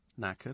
Knackered